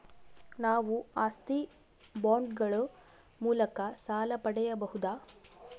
ನಾವು ಆಸ್ತಿ ಬಾಂಡುಗಳ ಮೂಲಕ ಸಾಲ ಪಡೆಯಬಹುದಾ?